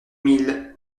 mille